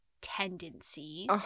tendencies